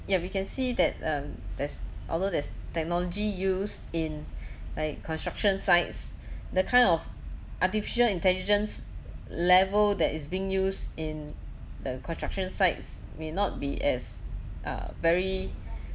ya we can see that um there's although there's technology used in like construction sites the kind of artificial intelligence level that is being used in the construction sites may not be as uh very